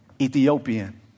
Ethiopian